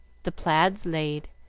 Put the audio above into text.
the plaids laid,